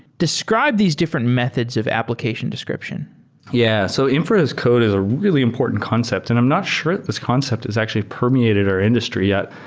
describe these different methods of application description yeah. so inference code is a really important concept. and i'm not sure this concept is actually permeated our industry yet.